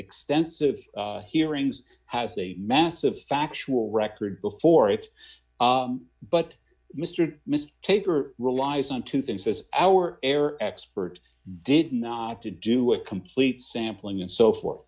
extensive hearings has a massive factual record before it but mr mr tabor relies on two things as our air expert did not to do a complete sampling and so forth